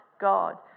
God